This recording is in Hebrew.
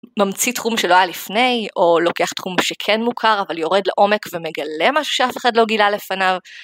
ממציא תחום שלא היה לפני או לוקח תחום שכן מוכר אבל יורד לעומק ומגלה מה שאף אחד לא גילה לפניו.